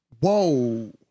Whoa